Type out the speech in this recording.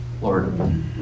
Lord